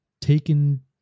taken